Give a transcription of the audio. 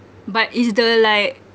but is the like